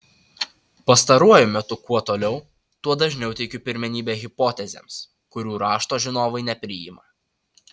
pastaruoju metu kuo toliau tuo dažniau teikiu pirmenybę hipotezėms kurių rašto žinovai nepriima